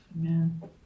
Amen